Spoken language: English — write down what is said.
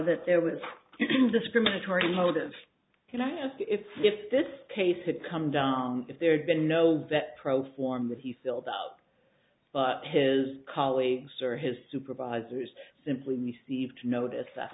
that there was a discriminatory motive could i ask if if this case had come down if there had been no that pro forma he filled out but his colleagues or his supervisors simply received notice that